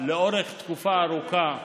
לאורך תקופה ארוכה,